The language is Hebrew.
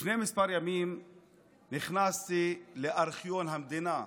לפני כמה ימים נכנסתי לארכיון המדינה,